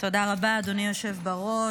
תודה רבה, אדוני היושב-ראש.